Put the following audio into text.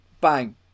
Bang